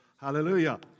Hallelujah